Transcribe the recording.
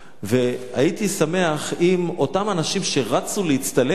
הייתי שמח אם אותם אנשים שרצו להצטלם שם